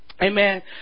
Amen